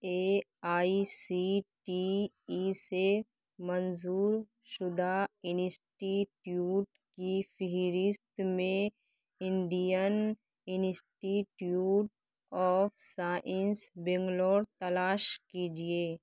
a I C T E سے منظور شدہ انسٹیٹیوٹ کی فہرست میں Indian institute of science Bangalore تلاش کیجیے